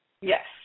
Yes